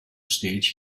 stage